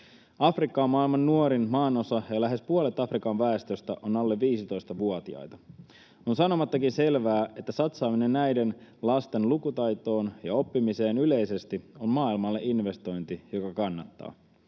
Afrikka on maailman nuorin maanosa, ja lähes puolet Afrikan väestöstä on alle 15-vuotiaita. On sanomattakin selvää, että satsaaminen näiden lasten lukutaitoon ja oppimiseen yleisesti on maailmalle investointi, joka kannattaa.